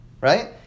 Right